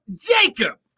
Jacob